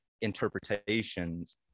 interpretations